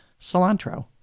Cilantro